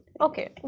Okay